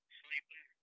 sleeping